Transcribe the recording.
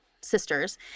sisters